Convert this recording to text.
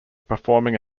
performing